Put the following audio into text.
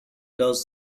does